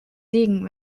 siegen